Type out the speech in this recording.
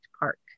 Park